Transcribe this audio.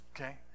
okay